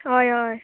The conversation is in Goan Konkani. होय होय